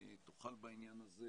תוכל בעניין הזה